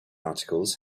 articles